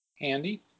Handy